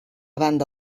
banda